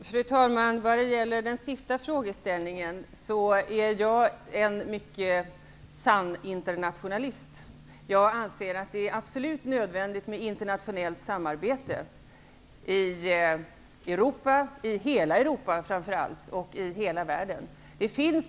Fru talman! Vad gäller den sista frågeställningen är jag en sann internationalist. Jag anser att det är absolut nödvändigt med internationellt samarbete, i Europa -- i hela Europa framför allt -- och i hela världen.